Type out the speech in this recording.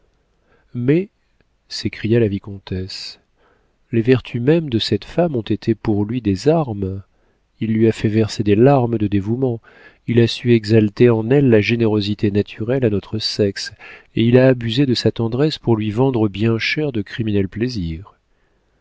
mais s'écria la vicomtesse les vertus mêmes de cette femme ont été pour lui des armes il lui a fait verser des larmes de dévouement il a su exalter en elle la générosité naturelle à notre sexe et il a abusé de sa tendresse pour lui vendre bien cher de criminels plaisirs